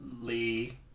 Lee